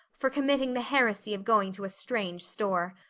for committing the heresy of going to a strange store.